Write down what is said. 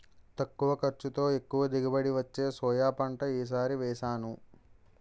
తక్కువ ఖర్చుతో, ఎక్కువ దిగుబడి వచ్చే సోయా పంట ఈ సారి వేసాను